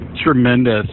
tremendous